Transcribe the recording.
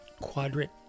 quadrant